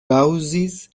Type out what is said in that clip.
kaŭzis